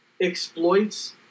exploits